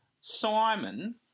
Simon